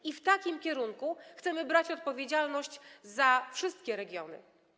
I w takim kierunku chcemy brać odpowiedzialność za wszystkie regiony.